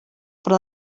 però